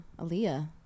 Aaliyah